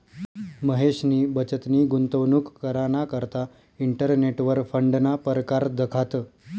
महेशनी बचतनी गुंतवणूक कराना करता इंटरनेटवर फंडना परकार दखात